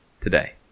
today